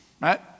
Right